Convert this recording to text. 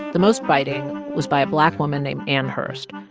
the most biting was by a black woman named ann hurst,